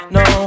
no